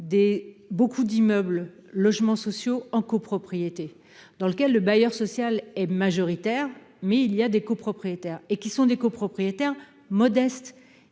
beaucoup d'immeubles logements sociaux en copropriété dans lequel le bailleur social est majoritaire, mais il y a des copropriétaires et qui sont des copropriétaires modestes